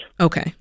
Okay